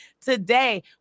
Today